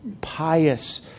pious